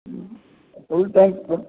हूं full tank